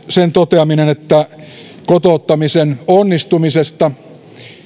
sen toteaminen että kotouttamisen onnistumisesta